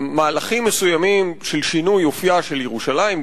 במהלכים מסוימים של שינוי אופיה של ירושלים,